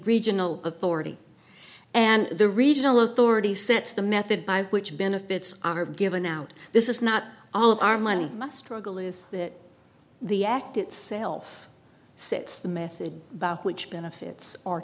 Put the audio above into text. regional authority and the regional authority sets the method by which benefits are given out this is not all our money must rogel is that the act itself sits the method by which benefits are